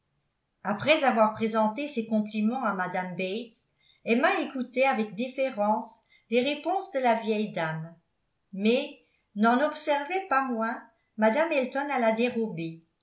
après avoir présenté ses compliments à mme bates emma écoutait avec déférence les réponses de la vieille dame mais n'en observait pas moins mme elton à la dérobée